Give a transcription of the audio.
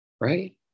right